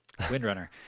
Windrunner